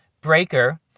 Breaker